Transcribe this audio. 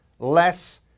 less